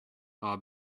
are